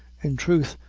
in truth,